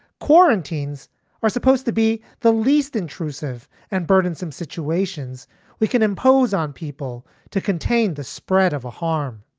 quarantines are supposed to be the least intrusive and burdensome situations we can impose on people to contain the spread of a harm.